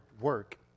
work